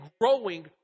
growing